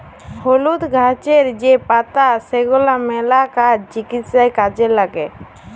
হলুদ গাহাচের যে পাতা সেগলা ম্যালা কাজে, চিকিৎসায় কাজে ল্যাগে